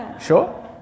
Sure